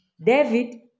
David